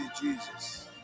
Jesus